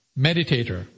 meditator